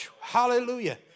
Hallelujah